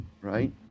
Right